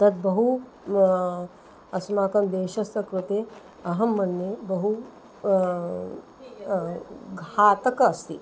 तद् बहु अस्माकं देशस्य कृते अहं मन्ये बहु घातकम् अस्ति